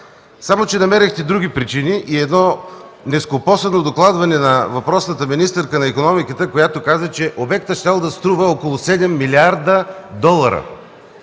Само че намерихте други причини и едно нескопосано докладване на въпросната министърка на икономиката, която каза, че обектът щял да струва около 7 млрд. долара.